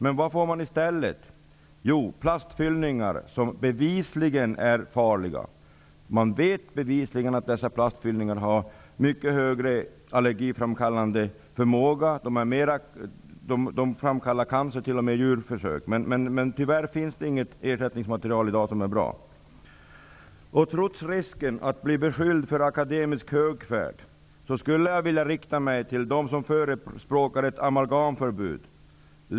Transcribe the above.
Men vad finns i stället? Jo, plastfyllningar som bevisligen är farliga. Man vet bevisligen att dessa plastfyllningar har mycket högre allergiframkallande förmåga. De framkallar t.o.m. cancer hos försöksdjur. Men tyvärr finns det inget bra ersättningsmaterial i dag. Trots risken för att bli beskylld för akademisk högfärd, skulle jag vilja rikta mig till dem som förespråkar ett amalgamförbud.